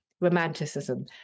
romanticism